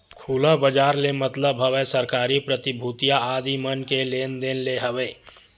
खुला बजार ले मतलब हवय सरकारी प्रतिभूतिया आदि मन के लेन देन ले हवय